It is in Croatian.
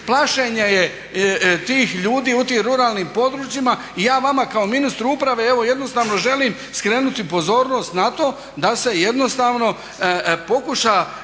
Plašenje je tih ljudi u tim ruralnim područjima. I ja vama kao ministru uprave evo jednostavno želim skrenuti pozornost na to da se jednostavno pokuša